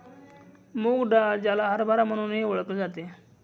मूग डाळ, ज्याला हरभरा म्हणूनही ओळखले जाते